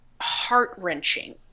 heart-wrenching